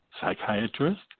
psychiatrist